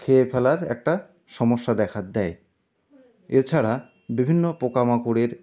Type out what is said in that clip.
খেয়ে ফেলার একটা সমস্যা দেখা দেয় এছাড়া বিভিন্ন পোকামাকড়ের